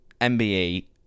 MBE